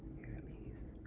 you're at peace.